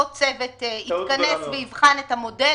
אותו צוות יתכנס ויבחן את המודל.